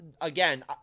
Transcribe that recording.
again